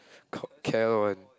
co~ cal one